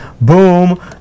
Boom